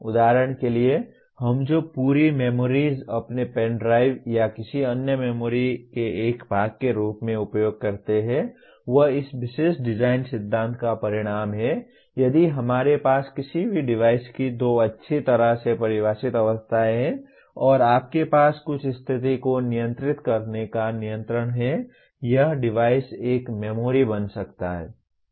उदाहरण के लिए हम जो पूरी मेमोरीज अपने पेन ड्राइव या किसी अन्य मेमोरी के एक भाग के रूप में उपयोग करते हैं वह इस विशेष डिज़ाइन सिद्धांत का परिणाम है यदि हमारे पास किसी भी डिवाइस की दो अच्छी तरह से परिभाषित अवस्थाएँ हैं और आपके पास कुछ स्थिति को नियंत्रित करने का नियंत्रण है यह डिवाइस एक मेमोरी बन सकता है